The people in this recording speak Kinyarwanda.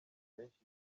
benshi